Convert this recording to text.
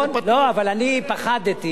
נכון, אבל אני פחדתי.